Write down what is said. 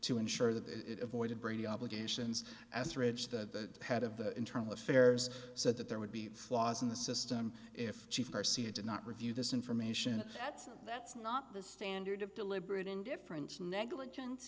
to ensure that it avoided brady obligations as ridge the head of the internal affairs said that there would be flaws in the system if chief r c a did not review this information that's that's not the standard of deliberate indifference negligence